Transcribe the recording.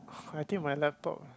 I think my laptop